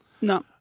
no